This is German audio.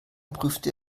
prüfte